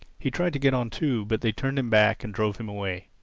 he tried to get on too. but they turned him back and drove him away.